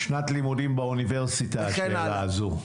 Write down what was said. שנת לימודים באוניברסיטה, השאלה הזו.